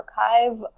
archive